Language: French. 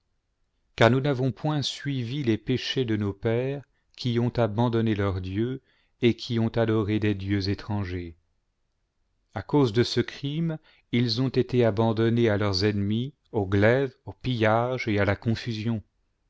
car nous n'avons point suivi les péchés de nos pères qui ont abandonné leur dieu et qui ont adoré des dieux étrangers à cause de ce crime ils ont été abandonnés à leurs ennemis au glaive au pillage et à la confusion